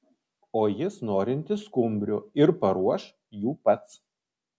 o jis norintis skumbrių ir paruoš jų pats